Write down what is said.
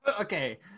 Okay